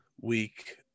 week